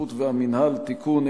השיפוט והמינהל) (תיקון),